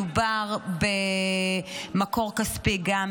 מדובר במקור כספי גם